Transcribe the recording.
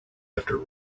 after